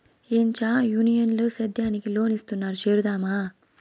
ఏంచా యూనియన్ ల సేద్యానికి లోన్ ఇస్తున్నారు చేరుదామా